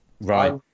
right